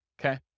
okay